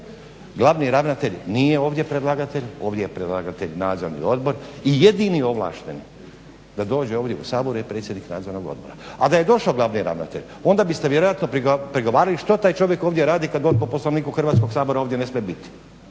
Glavni ravnatelj nije ovdje predlagatelj, ovdje je predlagatelj nadzorni odbor i jedini ovlašteni da dođe ovdje u Sabor je predsjednik nadzornog odbora. A da je došao glavni ravnatelj onda biste vjerojatno prigovarali što taj čovjek ovdje radi kada on po Poslovniku Hrvatskog sabora ovdje ne smije biti.